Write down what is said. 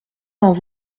dans